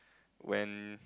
when